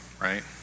right